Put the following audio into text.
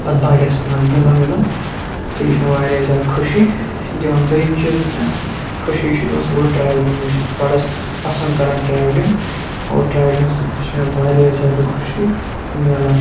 پَتہٕ باقٕیَسٕے منٛز گِنٛدُن وِنٛدُن تہٕ یہِ چھِ مےٚ واریاہ زیادٕ خوشی دِوَان دوٚیِم چیٖز یُس مےٚ خوشی چھُ دِوَان سُہ گوٚو ٹرٛیولِنٛگ مےٚ چھِ سُہ بَڑٕ پَسنٛد کَران ٹرٛیولِنٛگ اور ٹرٛیولِنٛگ سۭتۍ تہِ چھِ مےٚ واریاہ زیادٕ خوشی ملان